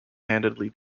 handedly